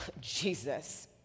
Jesus